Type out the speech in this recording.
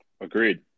Agreed